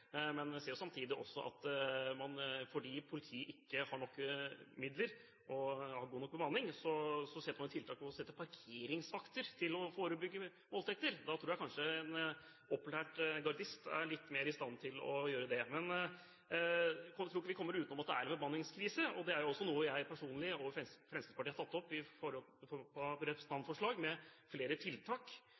men jeg ser samtidig at man, fordi politiet ikke har nok midler og god nok bemanning, setter parkeringsvakter til å forebygge voldtekter. Da tror jeg at en opplært gardist er litt bedre i stand til å gjøre det. Jeg tror ikke vi kommer utenom at det er en bemanningskrise. Det er noe jeg personlig og Fremskrittspartiet har tatt opp i form av representantforslag om flere tiltak